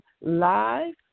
live